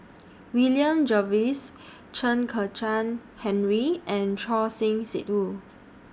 William Jervois Chen Kezhan Henri and Choor Singh Sidhu